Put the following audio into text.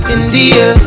India